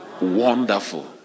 Wonderful